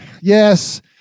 yes